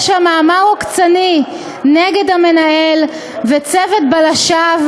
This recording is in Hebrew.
שם מאמר עוקצני נגד המנהל וצוות בלשיו,